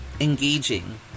engaging